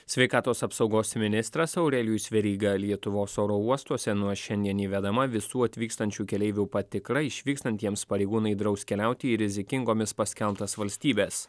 sveikatos apsaugos ministras aurelijus veryga lietuvos oro uostuose nuo šiandien įvedama visų atvykstančių keleivių patikra išvykstantiems pareigūnai draus keliauti į rizikingomis paskelbtas valstybes